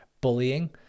bullying